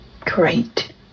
Great